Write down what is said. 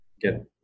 get